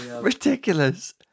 Ridiculous